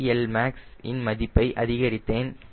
நான் CLmax இன் மதிப்பை அதிகரித்தேன்